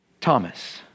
Thomas